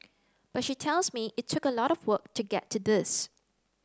but she tells me it took a lot of work to get to this